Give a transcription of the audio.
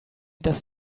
does